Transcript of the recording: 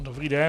Dobrý den.